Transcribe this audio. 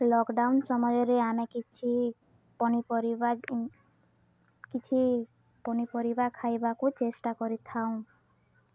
lockdown ସମୟରେ ଆମେ କିଛି ପନିପରିବା କିଛି ପନିପରିବା ଖାଇବାକୁ ଚେଷ୍ଟା କରିଥାଉ